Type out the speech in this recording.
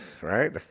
right